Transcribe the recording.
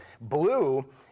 Blue